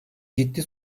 ciddi